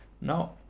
No